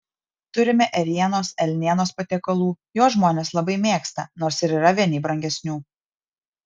turime ėrienos elnienos patiekalų juos žmonės labai mėgsta nors ir yra vieni brangesnių